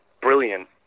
brilliant